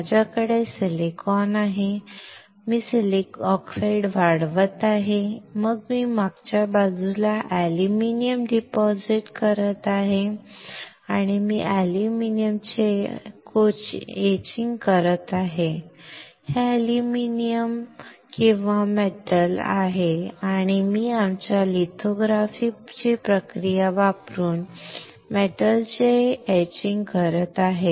माझ्याकडे सिलिकॉन आहे मी ऑक्साईड वाढवत आहे मग मी मागच्या बाजूला अॅल्युमिनियम डिपॉझिट करत आहे आणि मी अॅल्युमिनियमचे खोदकाम करत आहे हे अॅल्युमिनियम किंवा धातू आहे आणि मी आमच्या लिथोग्राफीची प्रक्रिया वापरून धातूचे खोदकाम करत आहे